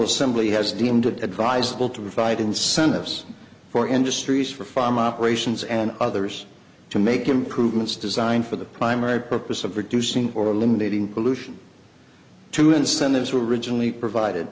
assembly has deemed it advisable to provide incentives for industries for farm operations and others to make improvements designed for the primary purpose of reducing or eliminating pollution to incentives were originally provided